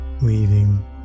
leaving